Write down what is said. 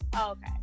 okay